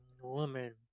woman